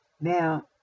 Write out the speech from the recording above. Now